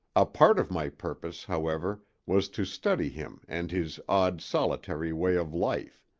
a part of my purpose, however, was to study him and his odd, solitary way of life.